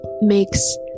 makes